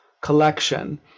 collection